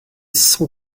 cent